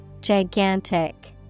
gigantic